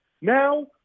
now